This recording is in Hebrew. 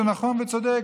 זה נכון וצודק,